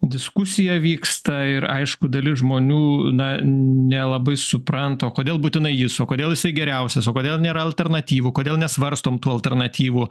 diskusija vyksta ir aišku dalis žmonių na nelabai supranta o kodėl būtinai jis o kodėl jisai geriausias o kodėl nėra alternatyvų kodėl nesvarstom tų alternatyvų